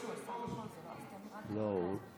השרה תמר זנדברג, זה בסדר.